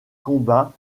combats